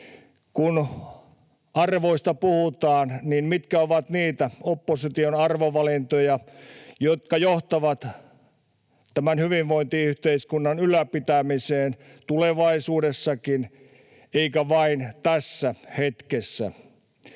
Kun arvoista puhutaan, niin mitkä ovat niitä opposition arvovalintoja, jotka johtavat tämän hyvinvointiyhteiskunnan ylläpitämiseen tulevaisuudessakin eivätkä vain tässä hetkessä?